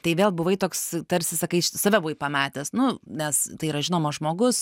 tai vėl buvai toks tarsi sakai save buvai pametęs nu nes tai yra žinomas žmogus